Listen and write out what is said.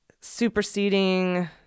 superseding